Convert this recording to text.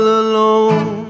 alone